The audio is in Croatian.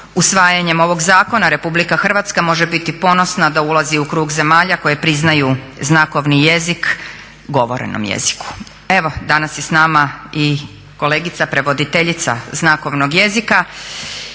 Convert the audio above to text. Usvajanjem ovog zakona Republika Hrvatska može biti ponosna da ulazi u krug zemalja koje priznaju znakovni jezik govorenom jeziku. Evo danas je sa nama i kolegica prevoditeljica znakovnog jezika.